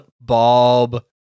Bob